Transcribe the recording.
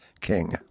King